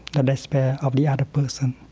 the despair of the other person,